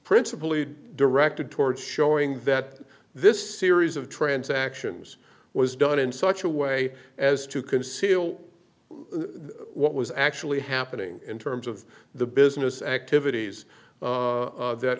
principally directed toward showing that this series of transactions was done in such a way as to conceal what was actually happening in terms of the business activities that